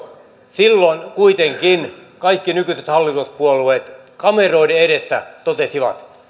silloin kuitenkin kaikki nykyiset hallituspuolueet kameroiden edessä totesivat